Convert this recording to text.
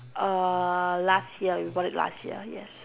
uh last year we bought it last year yes